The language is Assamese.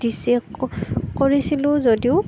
দিছে কৰিছিলো যদিও